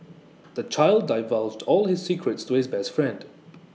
the child divulged all his secrets to his best friend